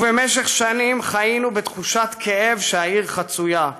ובמשך שנים חיינו בתחושת כאב כי העיר חצויה,